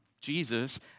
Jesus